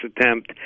attempt